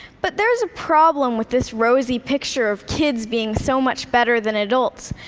but there's a problem with this rosy picture of kids being so much better than adults.